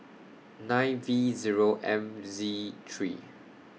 nine V Zero M Z three